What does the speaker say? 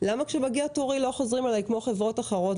למה כשמגיע תורי לא חוזרים אלי כמו חברות אחרות,